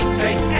take